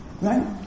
right